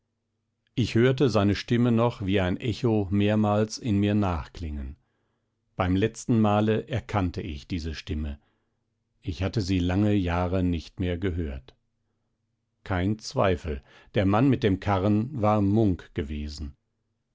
ich hörte seine stimme noch wie ein echo mehrmals in mir nachklingen beim letzten male erkannte ich diese stimme ich hatte sie lange jahre nicht mehr gehört kein zweifel der mann mit dem karren war munk gewesen